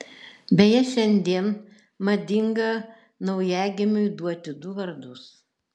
beje šiandien madinga naujagimiui duoti du vardus